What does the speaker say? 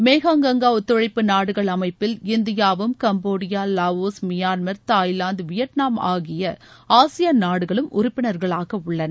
Mekong Ganga ஒத்துழைப்பு நாடுகள் அமைப்பில் இந்தியாவும் Cambodia Laos Myanmar Thailand Vietnam ஆகிய ஆசியான் நாடுகளும் உறுப்பினர்களாக உள்ளன